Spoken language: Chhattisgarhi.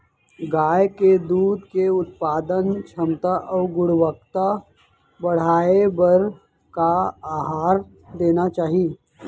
गाय के दूध के उत्पादन क्षमता अऊ गुणवत्ता बढ़ाये बर का आहार देना चाही?